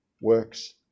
works